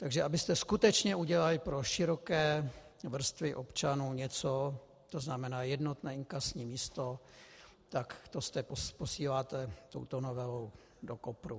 Takže místo abyste skutečně udělali pro široké vrstvy občanů něco, to znamená jednotné inkasní místo, tak to posíláte touto novelou do kopru.